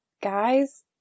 guys